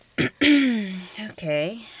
Okay